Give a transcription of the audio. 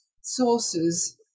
sources